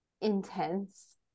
intense